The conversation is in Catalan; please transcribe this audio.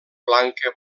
blanca